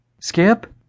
Skip